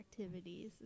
activities